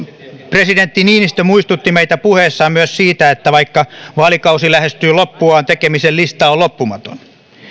presidentti niinistö muistutti meitä puheessaan myös siitä että vaikka vaalikausi lähestyy loppuaan tekemisen lista on loppumaton